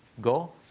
Go